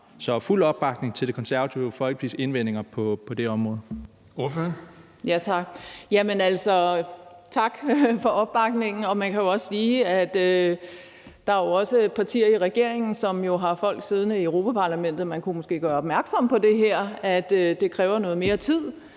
er fuld opbakning til Det Konservative Folkepartis indvendinger på det område.